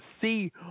see